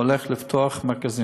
אני הולך לפתוח מרכזים.